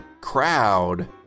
crowd